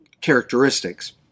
characteristics